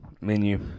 menu